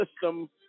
system